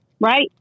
Right